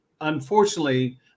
unfortunately